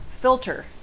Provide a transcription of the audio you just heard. filter